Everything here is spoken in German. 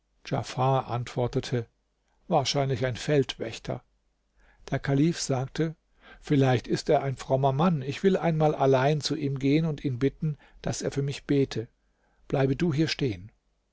antwortete wahrscheinlich ein feldwächter der kalif sagte vielleicht ist er ein frommer mann ich will einmal allein zu ihm gehen und ihn bitten daß er für mich bete bleibe du hier stehen